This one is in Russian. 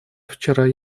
вчера